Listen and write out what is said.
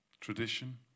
tradition